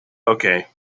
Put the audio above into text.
okay